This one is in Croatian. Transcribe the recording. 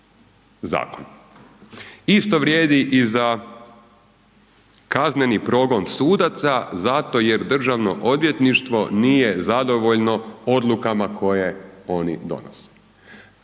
zakon. Isto vrijedi i za kazneni progon sudaca zato jer Državno odvjetništvo nije zadovoljno odlukama koje oni donose.